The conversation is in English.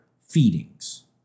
feedings